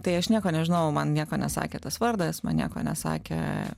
tai aš nieko nežinojau man nieko nesakė tas vardas man nieko nesakė